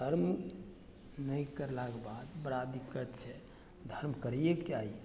धर्म नहि करलाके बाद बड़ा दिक्कत छै धर्म करियेके चाही